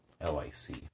L-I-C